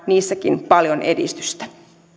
niissäkin paljon edistystä